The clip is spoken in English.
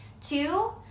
two